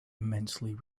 immensely